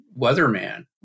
weatherman